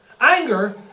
Anger